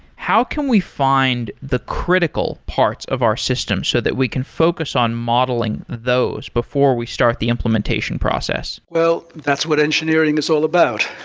how can we find the critical parts of our system so that we can focus on modeling those before we start the implementation process? well, that's what engineering is all about.